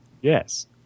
Yes